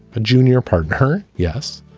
a junior partner? yes,